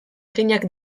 eginak